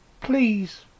Please